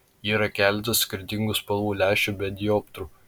yra keletas skirtingų spalvų lęšių be dioptrų